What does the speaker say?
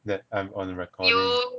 that I'm on a recording